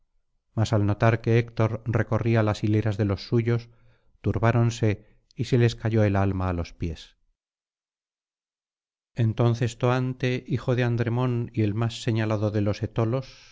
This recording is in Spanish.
mas al notar que héctor recorría las hileras de los suyos turbáronse y se les cayó el alma á los pies entonces toante hijo de andremón y el más señalado de los